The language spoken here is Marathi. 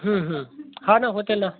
हं हं हा ना होतेल ना